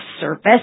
service